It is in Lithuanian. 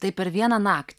tai per vieną naktį